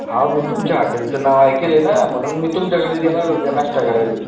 हा मी तुमच्या हाटेलचं नाव ऐकलं ना म्हणून मी तुमच्याकडेच येणार उद्या नाश्ता करायला